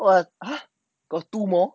what the got two more